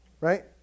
Right